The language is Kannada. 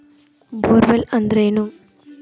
ಬೊಲ್ವರ್ಮ್ ಅಂದ್ರೇನು?